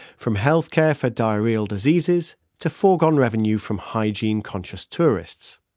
from healthcare for diarrheal diseases to forgone revenue from hygiene-conscious tourists.